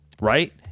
right